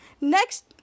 next